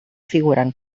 figuren